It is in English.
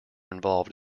involved